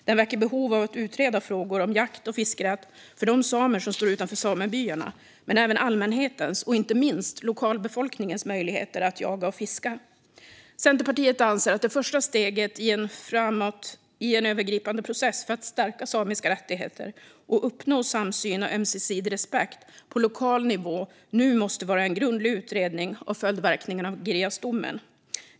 Den väcker behov av att utreda frågor om jakt och fiskerätt för de samer som står utanför samebyarna men även allmänhetens, och inte minst lokalbefolkningens, möjligheter att jaga och fiska. Centerpartiet anser att det första steget framåt i en övergripande process för att stärka samiska rättigheter och uppnå samsyn och ömsesidig respekt på lokal nivå nu måste vara en grundlig utredning av följdverkningarna av Girjasdomen.